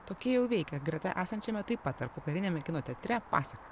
tokie jau veikė greta esančiame taip pat tarpukariniame kino teatre pasaka